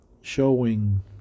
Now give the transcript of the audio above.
showing